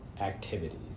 activities